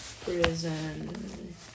prison